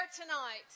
tonight